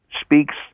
speaks